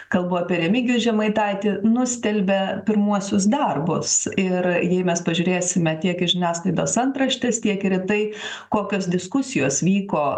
kalbu apie remigijų žemaitaitį nustelbia pirmuosius darbus ir jei mes pažiūrėsime tiek į žiniasklaidos antraštės tiek ir tai kokios diskusijos vyko